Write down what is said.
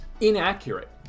inaccurate